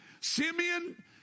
Simeon